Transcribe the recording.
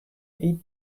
eight